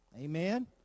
Amen